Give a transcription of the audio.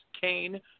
Kane